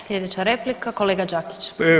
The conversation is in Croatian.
Slijedeća replika kolega Đakić.